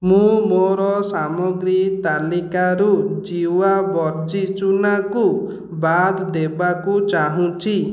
ମୁଁ ମୋର ସାମଗ୍ରୀ ତାଲିକାରୁ ଜିୱା ବର୍ଚି ଚୁନାକୁ ବାଦ୍ ଦେବାକୁ ଚାହୁଁଛି